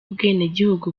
ubwenegihugu